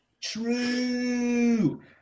True